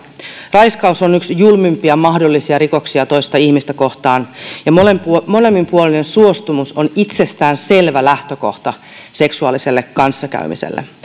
raiskaus on yksi julmimpia mahdollisia rikoksia toista ihmistä kohtaan ja molemminpuolinen molemminpuolinen suostumus on itsestäänselvä lähtökohta seksuaaliselle kanssakäymiselle